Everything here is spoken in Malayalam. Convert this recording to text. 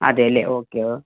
അതെ അല്ലേ ഓക്കെ ഓക്കെ